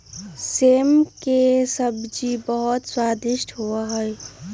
सेम के सब्जी बहुत ही स्वादिष्ट होबा हई